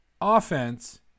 offense